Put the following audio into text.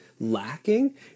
lacking